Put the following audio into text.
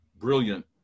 brilliant